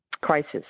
crisis